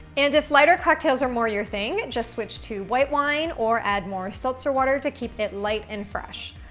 and if lighter cocktails are more your thing, just switch to white wine, or add more seltzer water, to keep it light and fresh.